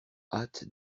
hâte